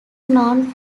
known